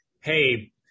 hey